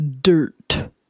Dirt